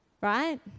right